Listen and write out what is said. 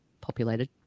populated